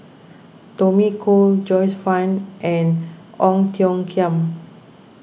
Tommy Koh Joyce Fan and Ong Tiong Khiam